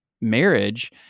marriage